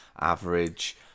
Average